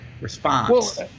response